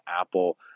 Apple